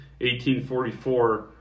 1844